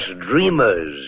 dreamers